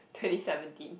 twenty seventeen